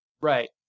right